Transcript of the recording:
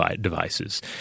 devices